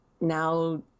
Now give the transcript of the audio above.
now